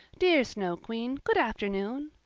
dear snow queen, good afternoon.